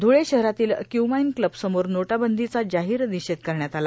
धुळे शहरातील क्युमाईन क्लबसमोर नोटाबंदीचा जाहोर ीनषेध करण्यात आला